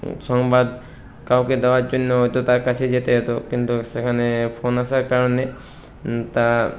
সংবাদ কাউকে দেওয়ার জন্য হয়তো তার কাছে যেতে হতো কিন্তু সেখানে ফোন আসার কারণে তা